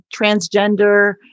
transgender